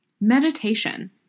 Meditation